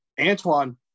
Antoine